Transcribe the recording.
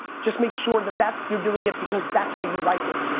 just make sure that that you're doing it because that's how you like it,